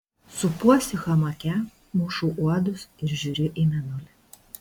supuosi hamake mušu uodus ir žiūriu į mėnulį